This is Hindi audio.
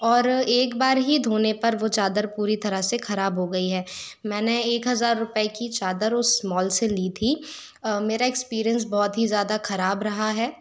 और एक बार ही धोने पर वो चादर पूरी तरह से खराब हो गई है मैंने एक हजार रुपए की चादर उस मॉल से ली थी मेरा एक्सपिरीयंस बहुत ही ज़्यादा खराब रहा है